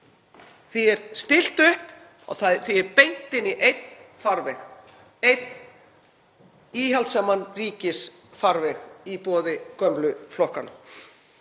Því er stillt upp og því er beint inn í einn farveg, einn íhaldssaman ríkisfarveg í boði gömlu flokkanna,